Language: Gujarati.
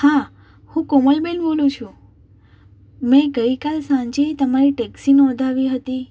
હા હું કોમલબેન બોલું છો મેં ગઈકાલ સાંજે તમારી ટેક્સી નોંધાવી હતી